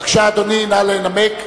בבקשה, אדוני, נא לנמק.